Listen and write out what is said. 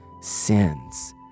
sins